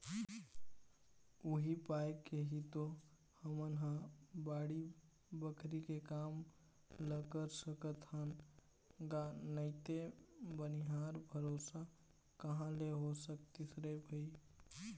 उही पाय के ही तो हमन ह बाड़ी बखरी के काम ल कर सकत हन गा नइते बनिहार भरोसा कहाँ ले हो सकतिस रे भई